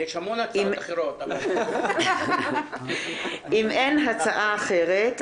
יש המון הצעות אחרות, אבל --- אם אין הצעה אחרת,